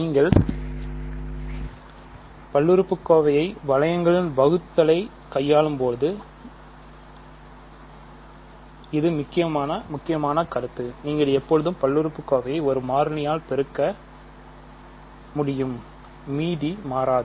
நீங்கள் பல்லுறுப்புக்கோவையை வளையங்களில் வகுத்தலை கையாளும் போது முக்கியமான கருத்து நீங்கள் எப்போதும் பல்லுறுப்புறுப்பைப் ஒரு மாறிலியால் பெருக்க முடியும் மீதிமாறாது